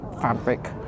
fabric